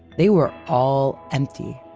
they were all empty.